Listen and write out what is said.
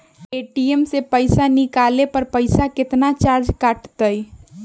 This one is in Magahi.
ए.टी.एम से पईसा निकाले पर पईसा केतना चार्ज कटतई?